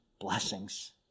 blessings